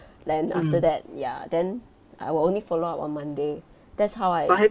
then after that ya then I will only follow up on monday that's how I